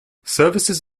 services